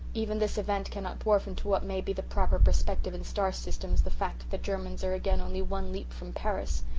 even this event cannot dwarf into what may be the proper perspective in star systems the fact that the germans are again only one leap from paris,